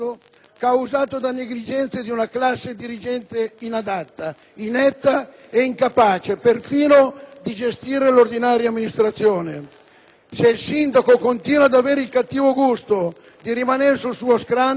causato da negligenze di una classe dirigente inadatta, inetta e incapace perfino di gestire l'ordinaria amministrazione. Se il Sindaco continua ad avere il cattivo gusto di rimanere sul suo scranno,